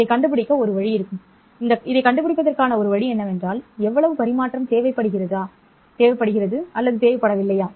இது கண்டுபிடிக்க ஒரு வழி இருக்கும் இதைக் கண்டுபிடிப்பதற்கான ஒரு வழி என்னவென்றால் எவ்வளவு பரிமாற்றம் தேவைப்படுகிறது இல்லையா